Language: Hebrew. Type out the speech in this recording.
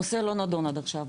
הנושא לא נדון עד עכשיו בוועדות,